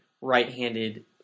right-handed